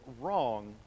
wrong